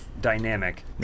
dynamic